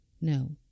no